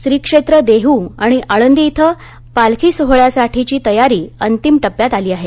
श्री क्षेत्र देहू आणि आळंदी वे पालखी सोहळ्यासाठीची तयारी अंतिम टप्प्यात आली आहे